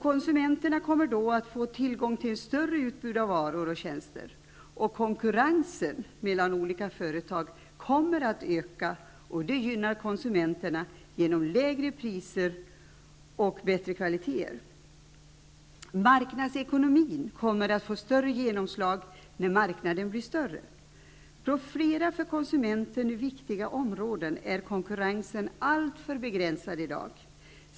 Konsumenterna kommer att få tillgång till större utbud av varor och tjänster, och konkurrensen mellan olika företag kommer att öka. Det gynnar konsumenterna genom lägre priser och bättre kvalitet. Marknadsekonomin kommer att få större genomslag när marknaden blir större. På flera för konsumenten viktiga områden är konkurrensen alltför begränsad i dag.